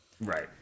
Right